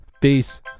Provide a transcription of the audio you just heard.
peace